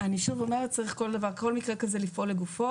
אני שוב אומרת: צריך כל מקרה כזה לפעול לגופו.